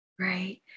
Right